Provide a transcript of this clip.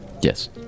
Yes